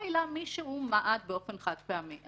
שזכאי לה מי שמעד באופן חד-פעמי.